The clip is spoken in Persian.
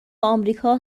آمریکا